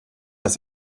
das